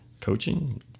coaching